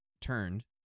turned